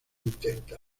intenta